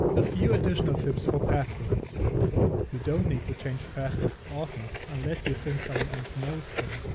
a few additional tips for passwords you don't need to change passwords often unless you think someone else knows them.